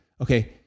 okay